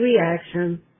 reaction